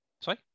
Sorry